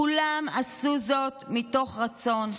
כולם עשו זאת מתוך רצון.